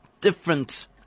different